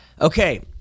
Okay